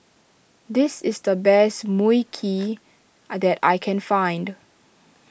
this is the best Mui Kee that I can find